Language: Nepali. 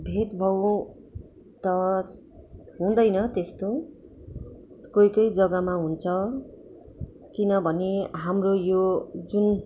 भेदभाव त हुँदैन त्यस्तो कोही कोही जग्गामा हुन्छ किनभने हाम्रो यो जुन